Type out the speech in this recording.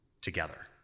together